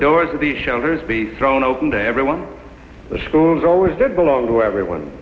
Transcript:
doors of the shoulders be thrown open to everyone the schools always did belong to everyone